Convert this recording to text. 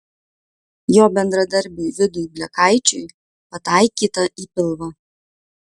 jo bendradarbiui vidui blekaičiui pataikyta į pilvą